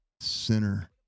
sinner